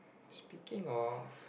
speaking of